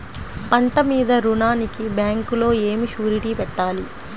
పంట మీద రుణానికి బ్యాంకులో ఏమి షూరిటీ పెట్టాలి?